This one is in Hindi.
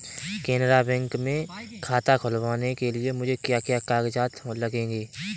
केनरा बैंक में खाता खुलवाने के लिए मुझे क्या क्या कागजात लगेंगे?